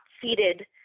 seated